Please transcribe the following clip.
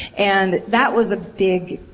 and that was a big,